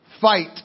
fight